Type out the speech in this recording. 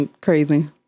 crazy